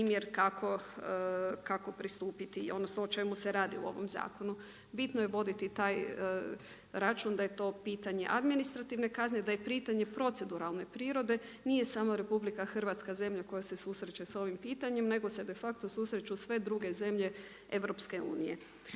primjer kako pristupiti odnosno o čemu se radi u ovom zakonu. Bitno je voditi taj račun da je to pitanje administrativne kazne, da je pitanje proceduralne prirode, nije samo RH zemlja koja se susreće s ovim pitanjem nego se de facto susreću sve druge zemlje EU. Ono